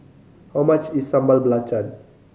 how much is Sambal Belacan